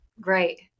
great